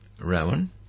Rowan